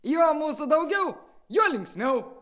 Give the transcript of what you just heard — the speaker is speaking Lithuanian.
juo mūsų daugiau juo linksmiau